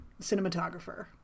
cinematographer